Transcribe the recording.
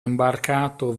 imbarcato